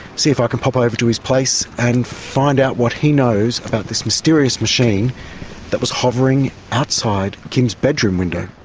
see if i can pop over to his place and find out what he knows about this mysterious machine that was hovering outside kim's bedroom window.